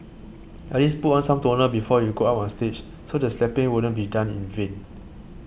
at least put on some toner before you go up on stage so the slapping wouldn't be done in vain